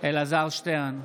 אלעזר שטרן,